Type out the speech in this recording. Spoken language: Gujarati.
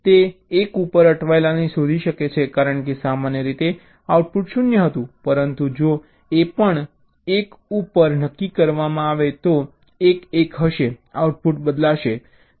તે 1 ઉપર અટવાયેલાને શોધી શકે છે કારણ કે સામાન્ય રીતે આઉટપુટ 0 હતું પરંતુ જો એ પણ 1 ઉપર નક્કી કરવામાં આવે તો બંને 1 1 હશે આઉટપુટ બદલાશે